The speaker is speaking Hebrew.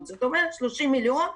זאת אומרת 30 מיליון שקל.